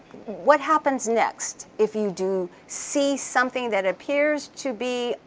what happens next, if you do see something that appears to be,